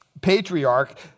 patriarch